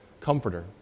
comforter